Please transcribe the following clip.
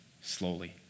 slowly